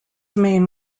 main